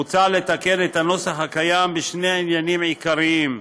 מוצע לתקן את הנוסח הקיים בשני עניינים עיקריים: